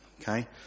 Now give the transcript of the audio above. Okay